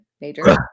Major